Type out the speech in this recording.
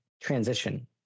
transition